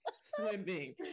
swimming